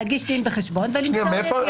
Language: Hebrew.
להגיש דין וחשבון ולמסור ידיעות,